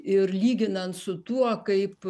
ir lyginant su tuo kaip